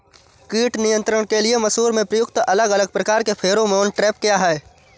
कीट नियंत्रण के लिए मसूर में प्रयुक्त अलग अलग प्रकार के फेरोमोन ट्रैप क्या है?